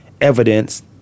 evidence